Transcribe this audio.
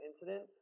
incident